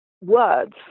words